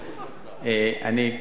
אני,